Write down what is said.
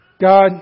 God